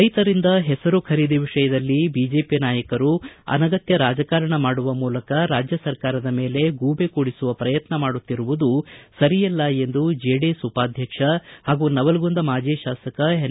ರೈತರಿಂದ ಹೆಸರು ಖರೀದಿ ವಿಷಯದಲ್ಲಿ ಬಿಜೆಪಿ ನಾಯಕರು ಅನಗತ್ಯ ರಾಜಕಾರಣ ಮಾಡುವ ಮೂಲಕ ರಾಜ್ಯ ಸರಕಾರದ ಮೇಲೆ ಗೂಬೆ ಕೂಡಿಸುವ ಪ್ರಯತ್ನ ಮಾಡುತ್ತಿರುವುದು ಸರಿಯಲ್ಲ ಎಂದು ಜೆಡಿಎಸ್ ಉಪಾಧ್ಯಕ್ಷ ಹಾಗೂ ನವಲಗುಂದ ಮಾದಿ ಶಾಸಕ ಎನ್